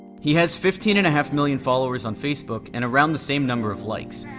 he has fifteen and a half million followers on facebook and around the same number of likes.